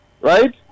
right